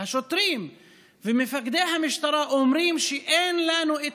והשוטרים ומפקדי המשטרה אומרים: אין לנו את